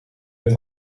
het